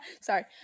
Sorry